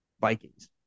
Vikings